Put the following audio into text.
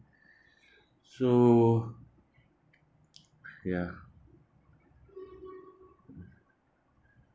so ya